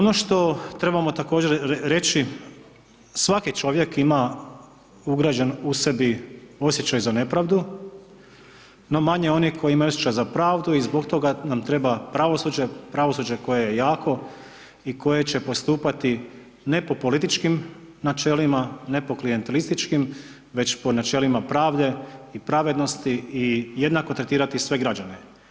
Ono što trebamo također reći svaki čovjek ima ugrađen u sebi osjećaj za nepravdu, no manje onih koji imaju osjećaj za pravdu i zbog toga nam treba pravosuđe, pravosuđe koje je jako i koje će postupati ne po političkim načelima, ne po klijentelističkim već po načelima pravde i pravednosti i jednako tretirati sve građane.